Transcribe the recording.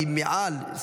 לא שולם עליו מס כי מעל,